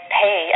pay